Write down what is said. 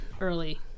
early